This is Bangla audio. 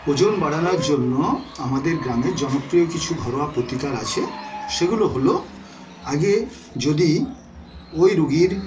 ওজন বাড়ানোর জন্য আমাদের গ্রামে জনপ্রিয় কিছু ঘরোয়া প্রতিকার আছে সেগুলো হল আগে যদি ওই রুগীর